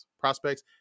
prospects